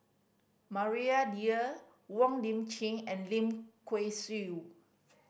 Maria Dyer Wong Lip Chin and Lim Kay Siu